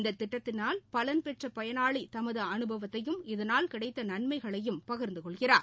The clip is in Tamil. இந்ததிட்டத்தினால் பெற்றபயனாளிதமதுஅனுபவத்தையும் பலன் இதனால் கிடைத்தநன்மைகளையும் பகிர்ந்துகொள்கிறார்